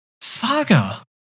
saga